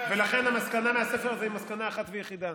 לכן המסקנה מהספר הזה היא מסקנה אחת ויחידה: